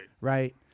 Right